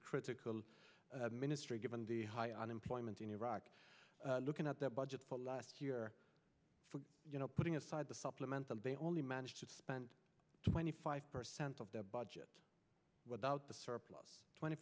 critical ministry given the high unemployment in iraq looking at the budget for last year you know putting aside the supplemental they only managed to spend twenty five percent of the budget without the surplus twenty